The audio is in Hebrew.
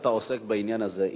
אני יודע שאתה עוסק בעניין הזה.